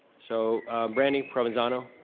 so brandy provenzano.